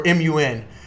mun